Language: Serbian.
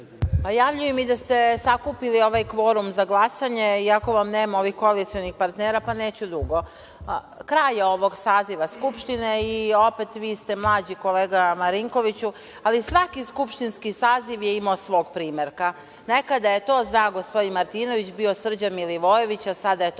Javljaju mi da ste sakupili ovaj kvorum za glasanje, iako vam nema ovih koalicionih partnera, pa neću dugo. Kraj je ovog saziva skupštine i opet, vi ste mlađi, kolega Marinkoviću, ali svaki skupštinski saziv je imao svog primerka. Nekada je to, zna gospodin Martinović, bio Srđan Milivojević, a sada je to